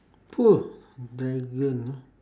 dragon ah